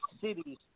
cities